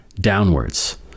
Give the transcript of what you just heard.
downwards